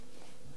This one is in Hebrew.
אדוני היושב-ראש,